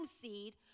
seed